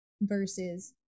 versus